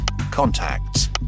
Contacts